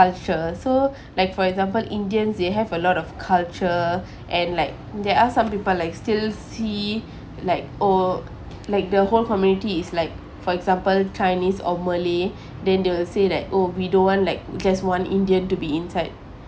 culture so like for example indians they have a lot of culture and like there are some people like still see like oh like the whole community is like for example chinese or malay then they will say that oh we don't want like because one indian to be inside